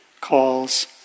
calls